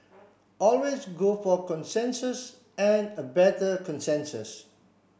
always go for a consensus and a better consensus